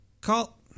Call